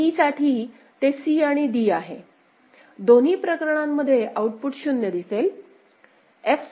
e साठी ते c आणि d आहे दोन्ही प्रकरणांमध्ये आऊटपुट 0 दिसेल